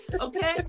okay